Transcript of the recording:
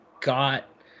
got